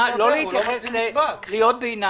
אני מבקש לא להפריע.